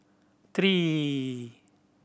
three